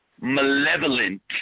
malevolent